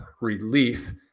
relief